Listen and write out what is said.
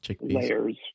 layers